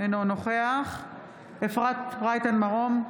אינו נוכח אפרת רייטן מרום,